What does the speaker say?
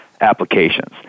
applications